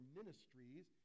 ministries